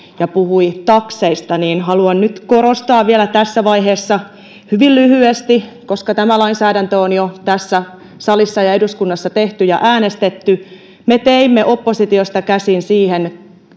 ja puhui takseista niin haluan nyt korostaa vielä tässä vaiheessa hyvin lyhyesti koska tämä lainsäädäntö on jo tässä salissa ja eduskunnassa tehty ja äänestetty me teimme oppositiosta käsin siihen